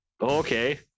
Okay